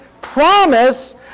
promise